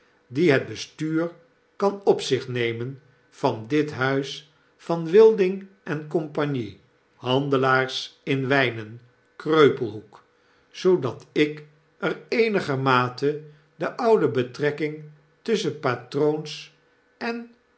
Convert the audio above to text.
die het bestuur kan op zich nemen van dit huis van wilding en cie handelaars in wynen kreupelhoek zoodat ik er eenigermate de oude betrekking tusschen patroons en